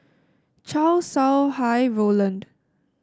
Chow Sau Hai Roland